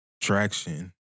traction